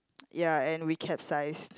ya and we capsize